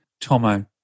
Tomo